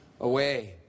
away